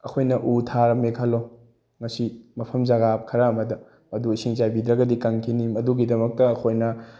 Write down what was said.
ꯑꯩꯈꯣꯏꯅ ꯎ ꯊꯥꯔꯝꯃꯦ ꯈꯜꯂꯣ ꯉꯁꯤ ꯃꯐꯝ ꯖꯒꯥ ꯈꯔ ꯑꯃꯗ ꯑꯗꯨ ꯏꯁꯤꯡ ꯆꯥꯏꯕꯤꯗ꯭ꯔꯒꯗꯤ ꯀꯪꯈꯤꯅꯤ ꯑꯗꯨꯒꯤꯗꯃꯛꯇ ꯑꯩꯈꯣꯏꯅ